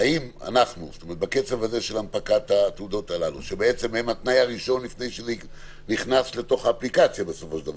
האם בקצב הזה של הנפקת התעודות הללו שהן התנאי להיכנס לתוך האפליקציה.